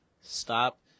Stop